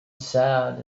sad